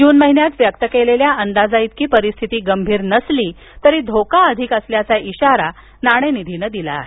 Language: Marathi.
जून महिन्यात व्यक्त केलेल्या अंदाजाइतकी परिस्थिती गंभीर नसली तरी धोका अधिक असल्याचा इशारा नाणेनिधीनं दिला आहे